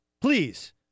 Please